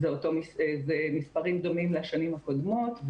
זה מספרים דומים לשנים הקודמות.